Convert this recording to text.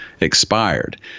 expired